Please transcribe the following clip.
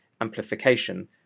amplification